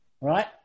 Right